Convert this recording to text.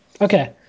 Okay